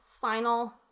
final